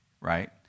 right